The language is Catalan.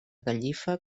gallifa